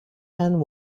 and